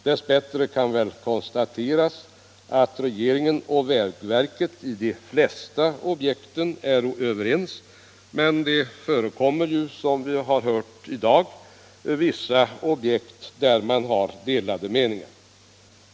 Dess bättre kan väl konstateras att regeringen och vägverket är överens när det gäller de flesta objekten, men det förekommer ju, som vi har hört i dag, vissa objekt där man har delade meningar.